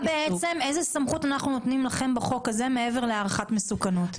אז איזה סמכות אנחנו נותנים לכם בחוק הזה מעבר להערכת מסוכנות?